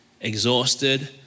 exhausted